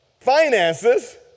Finances